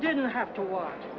didn't have to watch